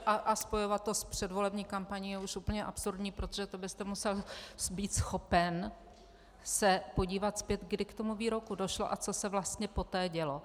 A spojovat to s předvolební kampaní je už úplně absurdní, protože to byste musel být schopen se podívat zpět, kdy k tomu výroku došlo a co se vlastně poté dělo.